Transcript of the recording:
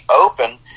open